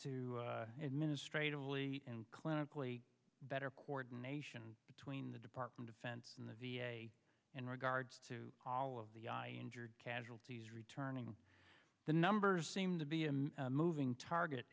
to administratively and clinically better coordination between the department of defense and the v a in regards to pall of the i injured casualties returning the numbers seem to be a moving target